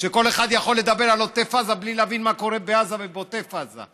שכל אחד יכול לדבר על עוטף עזה בלי להבין מה קורה בעזה ובעוטף עזה?